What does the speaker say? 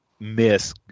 Miss